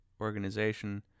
organization